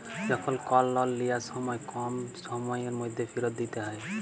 যখল কল লল লিয়ার সময় কম সময়ের ম্যধে ফিরত দিইতে হ্যয়